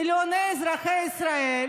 מיליוני אזרחי ישראל,